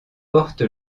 porte